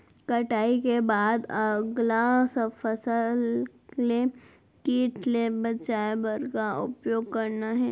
कटाई के बाद अगला फसल ले किट ले बचाए बर का उपाय करना हे?